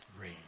Rain